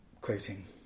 quoting